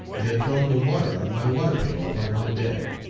and had thrown the water out of my water-pail upon my bed.